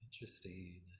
interesting